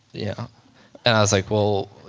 yeah and i was like well.